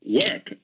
work